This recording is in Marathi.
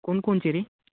कोण कोणचे रे